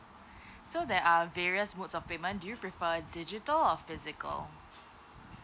so there are various modes of payment do you prefer digital or physical